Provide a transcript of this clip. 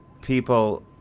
people